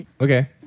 Okay